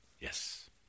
Yes